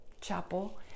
chapel